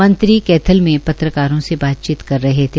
मंत्री कैथल में पत्रकारों से बातचीत कर रहे थे